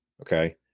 okay